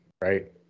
right